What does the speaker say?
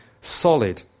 solid